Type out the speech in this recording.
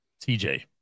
TJ